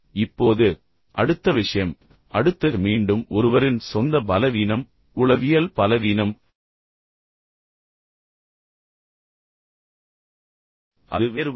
இப்போது அடுத்த விஷயம் அடுத்தது மீண்டும் ஒருவரின் சொந்த பலவீனம் உளவியல் பலவீனம் அது வேறுபாடு